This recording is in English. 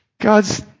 God's